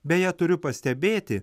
beje turiu pastebėti